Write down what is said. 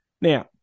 Now